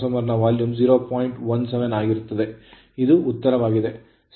17 ಆಗಿರುತ್ತದೆ ಇದು ಉತ್ತರವಾಗಿದೆ